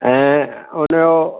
ऐं हुनजो